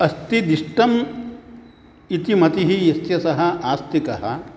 अस्तिदिष्टम् इति मतिः यस्य सः आस्तिकः